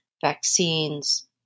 vaccines